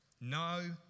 No